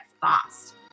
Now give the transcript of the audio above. fast